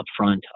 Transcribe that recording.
upfront